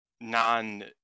non